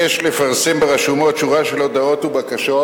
יש לפרסם ברשומות שורה של הודעות ובקשות,